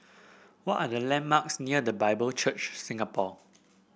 what are the landmarks near The Bible Church Singapore